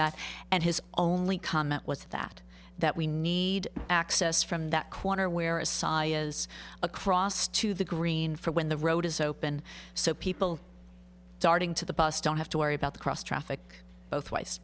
that and his only comment was that that we need access from that quarter where its side is across to the green for when the road is open so people darting to the bus don't have to worry about cross traffic both ways